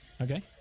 okay